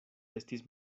estis